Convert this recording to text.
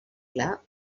clar